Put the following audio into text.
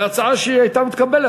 והצעה שהייתה מתקבלת,